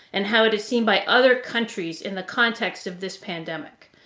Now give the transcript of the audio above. and how it is seen by other countries in the context of this pandemic.